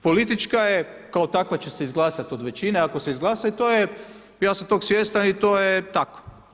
Politička je, kao takva će se izglasati od većine, ako se izglasa i to je, ja sam toga svjestan i to je tako.